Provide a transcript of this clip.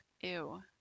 Ew